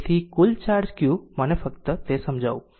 તેથી આ કુલ ચાર્જ q મને ફક્ત તે સમજાવું